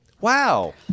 Wow